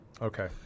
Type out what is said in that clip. Okay